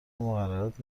مقررات